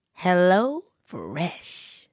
HelloFresh